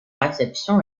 réception